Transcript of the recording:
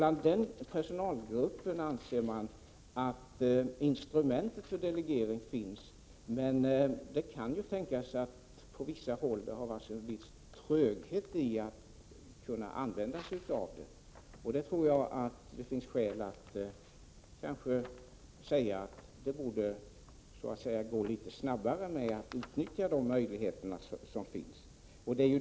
I den personalgruppen anser man att instrumentet för delegering finns. Det kan ju tänkas att det på vissa håll har varit en viss tröghet när det gäller att använda sig av det. Det finns skäl att säga att det borde gå litet snabbare med utnyttjandet av de möjligheter som finns.